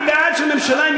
אני בעד שהממשלה,